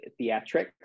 theatrics